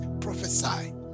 prophesy